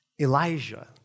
Elijah